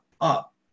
Up